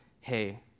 hey